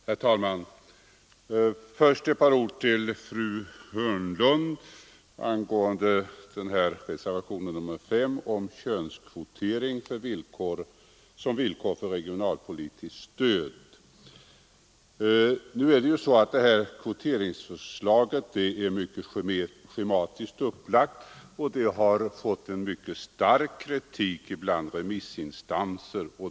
Herr talman! Först några ord till fru Hörnlund angående reservationen 5 om könskvotering som villkor för regionalpolitiskt stöd. Detta kvoteringsförslag är mycket schematiskt upplagt och har mött stark kritik bland remissinstanserna.